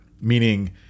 meaning